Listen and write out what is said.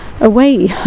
away